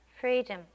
freedom